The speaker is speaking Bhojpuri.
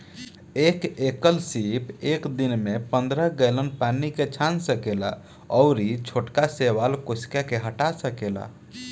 एक एकल सीप एक दिन में पंद्रह गैलन पानी के छान सकेला अउरी छोटका शैवाल कोशिका के हटा सकेला